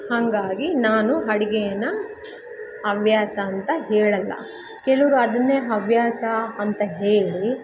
ಹಂಗಾಗಿ ನಾನು ಅಡಿಗೆನ ಹವ್ಯಾಸ ಅಂತ ಹೇಳಲ್ಲ ಕೆಲವರು ಅದನ್ನೇ ಹವ್ಯಾಸ ಅಂತ ಹೇಳಿ